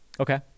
Okay